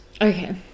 Okay